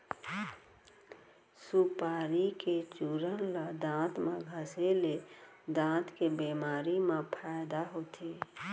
सुपारी के चूरन ल दांत म घँसे ले दांत के बेमारी म फायदा होथे